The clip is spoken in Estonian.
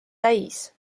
täis